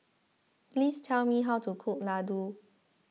please tell me how to cook Ladoo